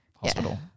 hospital